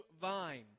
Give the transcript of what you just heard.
vine